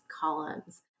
columns